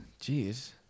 jeez